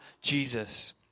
Jesus